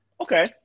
Okay